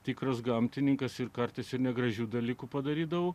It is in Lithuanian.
tikras gamtininkas ir kartais ir negražių dalykų padarydavau